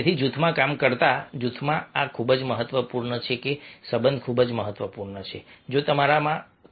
તેથી જૂથમાં કામ કરતા જૂથમાં આ ખૂબ જ મહત્વપૂર્ણ છે કે સંબંધ ખૂબ જ મહત્વપૂર્ણ છે